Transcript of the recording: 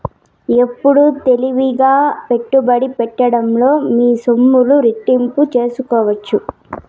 ఎప్పుడు తెలివిగా పెట్టుబడి పెట్టడంలో మీ సొమ్ములు రెట్టింపు సేసుకోవచ్చు